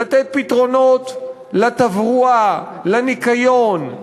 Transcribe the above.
לתת פתרונות לתברואה, לניקיון,